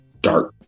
dark